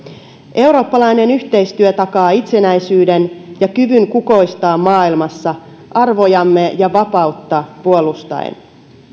eurooppalainen yhteistyö takaa itsenäisyyden ja kyvyn kukoistaa maailmassa arvojamme ja vapautta puolustaen